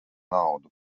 naudu